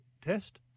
test